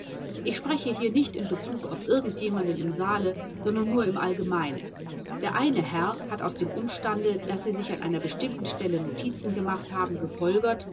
ich spreche hier nicht mit bezug auf irgend jemanden im saale sondern nur im allgemeinen der eine herr hat aus dem umstande daß sie sich an einer bestimmten stelle notizen gemacht haben gefolgert